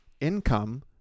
income